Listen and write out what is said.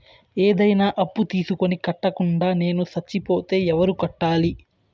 ఏదైనా అప్పు తీసుకొని కట్టకుండా నేను సచ్చిపోతే ఎవరు కట్టాలి?